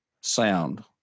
sound